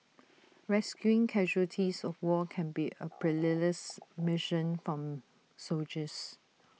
rescuing casualties of war can be A perilous mission for soldiers